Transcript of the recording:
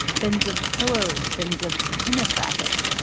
bins of pillows, bins of tennis rackets,